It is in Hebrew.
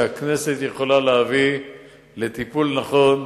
דוגמה לזה שהכנסת יכולה להביא לטיפול נכון,